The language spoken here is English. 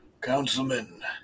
Councilman